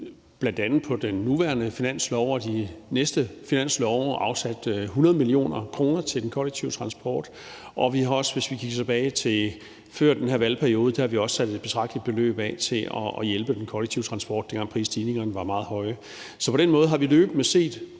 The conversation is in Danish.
bl.a. på den nuværende finanslov og de næste finanslove afsat 100 mio. kr. til den kollektive transport, og hvis vi kigger tilbage til før den her valgperiode, satte vi også et betragteligt beløb af til at hjælpe den kollektive transport, dengang prisstigningerne var meget høje. Så på den måde har vi løbende set